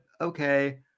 okay